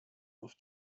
auf